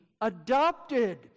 adopted